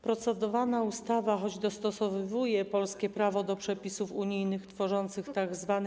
Procedowana ustawa, choć dostosowuje polskie prawo do przepisów unijnych tworzących tzw.